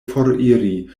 foriri